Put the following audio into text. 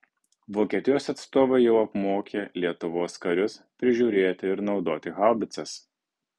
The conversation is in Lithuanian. vokietijos atstovai jau apmokė lietuvos karius prižiūrėti ir naudoti haubicas